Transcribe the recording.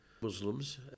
Muslims